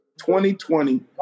2020